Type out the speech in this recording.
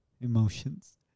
emotions